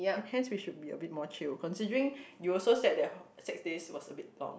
and hence we should be a bit more chill considering you also said that six days was a bit long